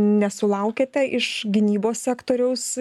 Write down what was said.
nesulaukiate iš gynybos sektoriaus